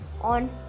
on